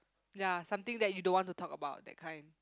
ya something that you don't want to talk about that kind